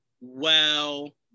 well-